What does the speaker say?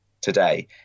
today